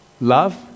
Love